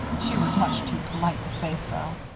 she was much too polite to say so.